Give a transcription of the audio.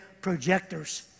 projectors